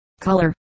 color